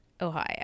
Ohio